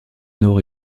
nord